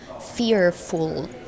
fearful